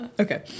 Okay